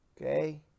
Okay